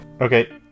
Okay